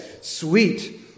Sweet